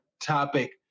topic